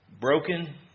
Broken